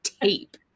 tape